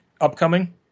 upcoming